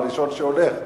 הראשון שהולך,